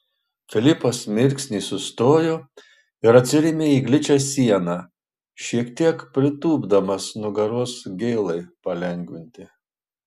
filipas mirksnį sustojo ir atsirėmė į gličią sieną šiek tiek pritūpdamas nugaros gėlai palengvinti